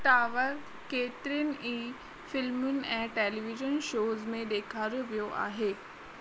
tower केतरियुनि ई फिल्मुनि ऐं टेलीविजन शोज़ में ॾेखारियो वियो आहे